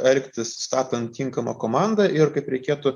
elgtis statant tinkamą komandą ir kaip reikėtų